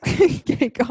okay